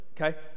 Okay